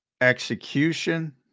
execution